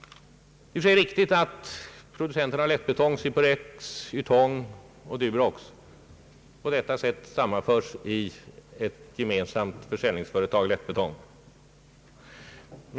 Det är riktigt att producenterna av lättbetong och siporex, Ytong och Durox, på detta sätt kan komma att sammanföras i ett gemensamt försäljningsföretag för lättbetong.